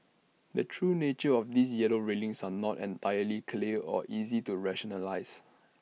the true nature of these yellow railings are not entirely clear or easy to rationalise